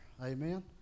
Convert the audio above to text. amen